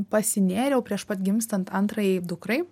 pasinėriau prieš pat gimstant antrajai dukrai